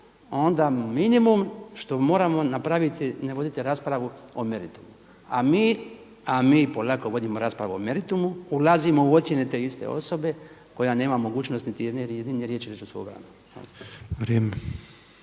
onda minimum što moramo napraviti, ne voditi raspravu o meritumu. A mi polako vodimo raspravu o meritumu, ulazimo u ocjene te iste osobe koja nema mogućnosti niti jedne riječi reći